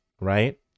right